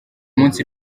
munsi